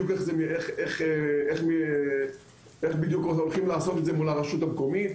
איך בדיוק הולכים לעשות את זה מול הרשות המקומית,